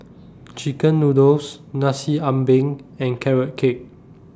Chicken Noodles Nasi Ambeng and Carrot Cake